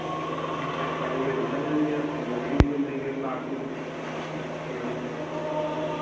कारीगर बढ़ियाँ मिलेंगे आपको लकड़ी भी हम देंगे साखू की हाँ